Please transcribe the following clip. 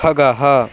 खगः